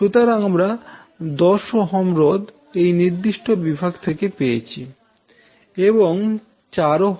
সুতরাং আমরা 1Ω রোধ এই নির্দিষ্ট বিভাগ থেকে পেয়েছি এবং 4Ω এই বিভাগ থেকে পেয়েছি